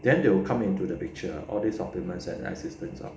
then they will come into the picture all these supplements and assistants ah